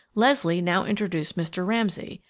leslie now introduced mr. ramsay,